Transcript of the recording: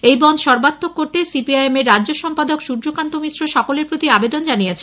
এই বনধ সর্বাত্মক করতে সি পি আই এম এর রাজ্য সম্পাদক সূর্যকান্ত মিশ্র সকলের প্রতি আবেদন জানিয়েছেন